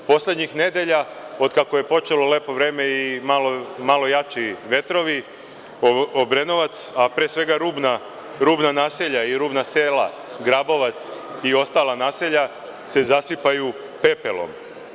Poslednjih nedelja od kako je počelo lepo vreme i malo jači vetrovi Obrenovac, a pre svega rubna naselja i rubna sela Grabovac i ostala naselja se zasipaju pepelom.